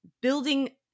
building